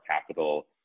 capital